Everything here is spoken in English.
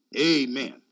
Amen